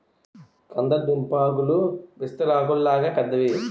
కంద దుంపాకులు విస్తరాకుల్లాగా పెద్దవి